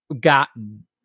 gotten